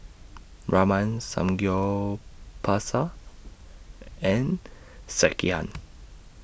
Ramen Samgyeopsal and Sekihan